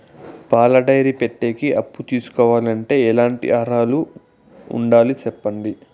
పాల డైరీ పెట్టేకి అప్పు తీసుకోవాలంటే ఎట్లాంటి అర్హతలు ఉండాలి సెప్పండి?